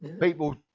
People